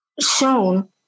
shown